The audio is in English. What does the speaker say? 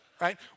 Right